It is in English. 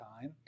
time